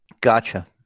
Gotcha